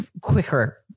quicker